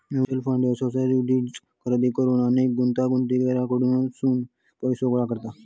mutual fund ज्यो securities खरेदी करुक अनेक गुंतवणूकदारांकडसून पैसो गोळा करता